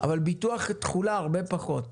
אבל ביטוח תכולה הרבה פחות.